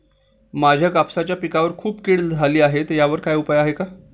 माझ्या कापसाच्या पिकावर खूप कीड झाली आहे यावर काय उपाय आहे का?